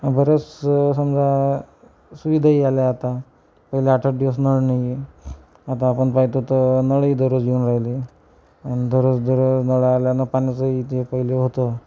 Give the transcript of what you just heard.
बरंचसं समजा सुविधाही आल्या आता पहिले आठ आठ दिवस नळ नाही ये आता आपण पाहतो तर नळही दररोज येऊन राहिले आणि दररोज दररोज नळ आल्यानं पाण्याचंही जे पहिले होतं